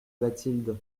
bathilde